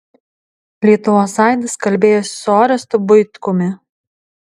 lietuvos aidas kalbėjosi su orestu buitkumi